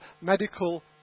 medical